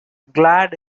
glad